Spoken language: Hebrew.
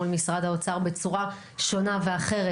מול משרד האוצר בצורה שונה ואחרת.